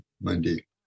Monday